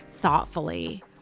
thoughtfully